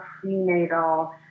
prenatal